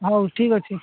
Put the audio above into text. ହଉ ଠିକ୍ ଅଛି